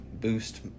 boost